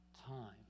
time